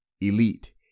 elite